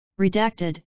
Redacted